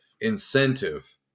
Incentive